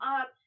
up